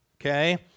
Okay